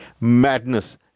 madness